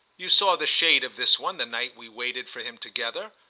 you saw the shade of this one the night we waited for him together.